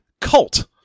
Cult